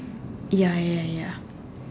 ya ya ya ya